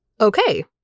Okay